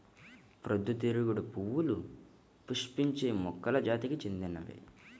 పొద్దుతిరుగుడు పువ్వులు పుష్పించే మొక్కల జాతికి చెందినవి